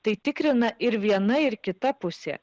tai tikrina ir viena ir kita pusė